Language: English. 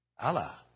Allah